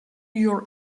york